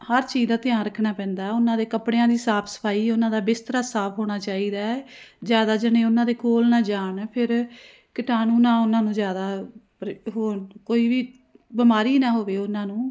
ਹਰ ਚੀਜ਼ ਦਾ ਧਿਆਨ ਰੱਖਣਾ ਪੈਂਦਾ ਉਹਨਾਂ ਦੇ ਕੱਪੜਿਆਂ ਦੀ ਸਾਫ਼ ਸਫਾਈ ਉਹਨਾਂ ਦਾ ਬਿਸਤਰਾ ਸਾਫ਼ ਹੋਣਾ ਚਾਹੀਦਾ ਜ਼ਿਆਦਾ ਜਣੇ ਉਹਨਾਂ ਦੇ ਕੋਲ ਨਾ ਜਾਣ ਫਿਰ ਕੀਟਾਣੂ ਨਾ ਉਹਨਾਂ ਨੂੰ ਜ਼ਿਆਦਾ ਪ੍ਰ ਹੋਰ ਕੋਈ ਵੀ ਬਿਮਾਰੀ ਨਾ ਹੋਵੇ ਉਹਨਾਂ ਨੂੰ